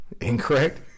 Incorrect